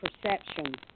perception